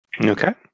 Okay